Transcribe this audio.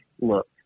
look